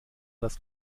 das